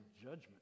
judgment